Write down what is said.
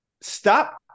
Stop